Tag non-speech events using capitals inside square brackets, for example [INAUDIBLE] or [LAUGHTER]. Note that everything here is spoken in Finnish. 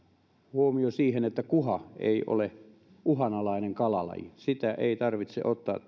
huomio siihen että kuha ei ole uhanalainen kalalaji sitä ei tarvitse ottaa [UNINTELLIGIBLE]